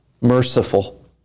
merciful